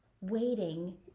waiting